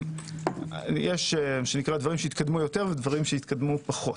יש מה שהתקדם יותר, ויש שפחות.